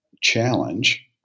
challenge